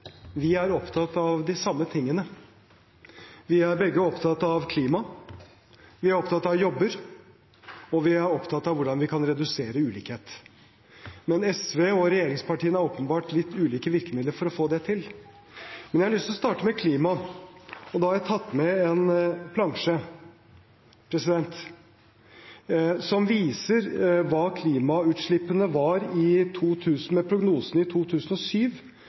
opptatt av de samme tingene. Vi er begge opptatt av klimaet, vi er opptatt av jobber, og vi er opptatt av hvordan vi kan redusere ulikhet. Men SV og regjeringspartiene har åpenbart litt ulike virkemidler for å få det til. Jeg har lyst til å starte med klimaet. Da har jeg tatt med en plansje som viser hva klimautslippene med prognosene i 2007 var i 2011. I